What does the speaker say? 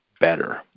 better